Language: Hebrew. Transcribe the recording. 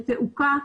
בתעוקה,